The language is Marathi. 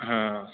हां